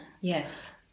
Yes